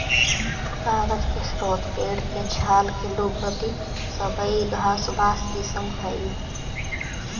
कागज के स्रोत पेड़ के छाल के लुगदी, सबई घास, बाँस इ सब हई